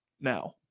now